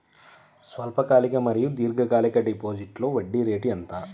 స్వల్పకాలిక మరియు దీర్ఘకాలిక డిపోజిట్స్లో వడ్డీ రేటు ఎంత?